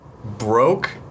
Broke